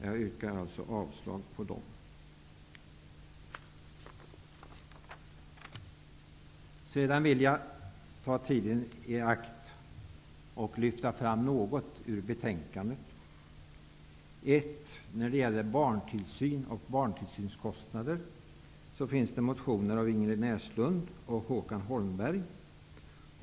Jag yrkar alltså avslag på dessa. Sedan vill jag ta tiden i akt och lyfta fram några frågor ur betänkandet. Beträffande barntillsyn och barntillsynskostnader finns motioner av Ingrid Näslund och Håkan Holmberg.